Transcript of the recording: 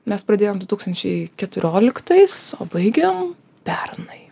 nes pradėjom du tūkstančiai keturioliktais o baigėm pernai